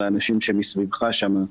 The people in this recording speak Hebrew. לאנשים שמסביבך שם,